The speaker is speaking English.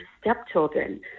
stepchildren